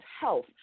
health